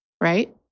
right